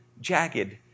jagged